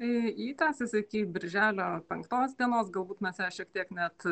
ji tęsis iki birželio penktos dienos galbūt mes ją šiek tiek net